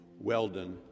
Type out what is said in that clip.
Weldon